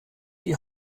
die